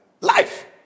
Life